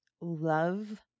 Love